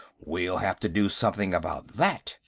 we'll have to do something about that.